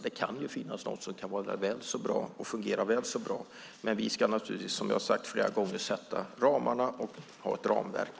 Det kan finnas något som kan vara och fungera väl så bra, men vi ska naturligtvis, som jag har sagt flera gånger, sätta ramarna och ha ett ramverk.